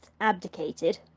abdicated